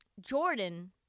Jordan